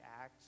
acts